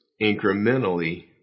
incrementally